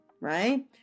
right